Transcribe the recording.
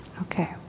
Okay